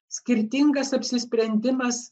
skirtingas apsisprendimas